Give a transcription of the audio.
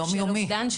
יום-יומי.